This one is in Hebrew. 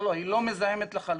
לא, היא לא מזהמת לחלוטין.